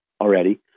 already